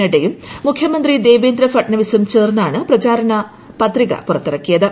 നദ്ദയും മുഖ്യമന്ത്രി ദേവേന്ദ്ര ഫഢ്നാപിസും ചേർന്നാണ് പ്രചാരണ പത്രിക പുറത്തിറക്കിയത്